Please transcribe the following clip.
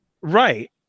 right